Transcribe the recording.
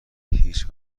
هیچ